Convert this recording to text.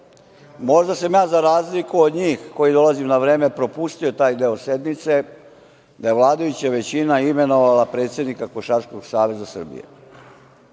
možda sam ja za razliku od njih, koji dolazim na vreme, propustio taj deo sednice, da je vladajuća većina imenovala predsednika Košarkaškog saveza Srbije